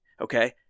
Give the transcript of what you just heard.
Okay